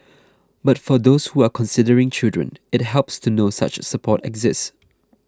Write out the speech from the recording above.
but for those who are considering children it helps to know such support exists